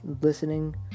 listening